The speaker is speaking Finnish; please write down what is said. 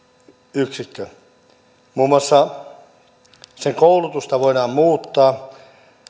yksikkö muun muassa sen koulutusta voidaan muuttaa